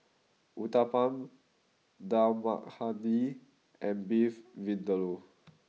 Uthapam Dal Makhani and Beef Vindaloo